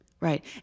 right